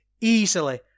easily